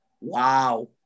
wow